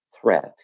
threat